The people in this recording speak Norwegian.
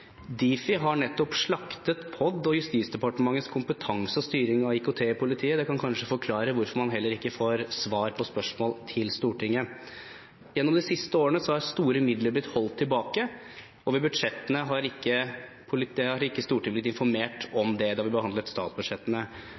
Difi har nettopp slaktet POD og Justisdepartementets kompetanse og styring av IKT i politiet. Det kan kanskje forklare hvorfor man heller ikke får svar på spørsmål til Stortinget. Gjennom de siste årene har store midler blitt holdt tilbake, og Stortinget har ikke blitt informert om det når vi har behandlet statsbudsjettene.